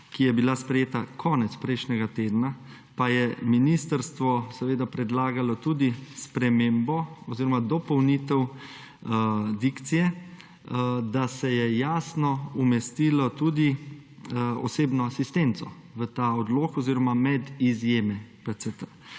ki je bila sprejeta konec prejšnjega tedna, pa je ministrstvo seveda predlagalo tudi spremembo oziroma dopolnitev dikcije, da se je jasno umestilo tudi osebno asistenco v ta odlok oziroma med izjeme PCT.